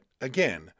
again